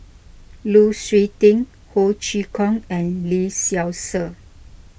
Lu Suitin Ho Chee Kong and Lee Seow Ser